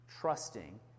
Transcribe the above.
trusting